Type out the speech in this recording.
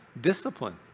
Discipline